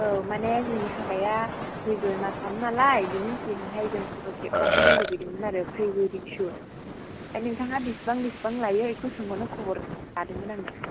औ माने जोंनि हाबाया फैगोन मासावनो नालाय बेनि सिगांहाय जों फट' खेबजाहैनो लुबैदोंमोन आरो प्रि अवेडिं शुट नोंथाङा बेसेबां बेसेबां लायो बेखौ सोंहरनो खबर लादोंमोन आङो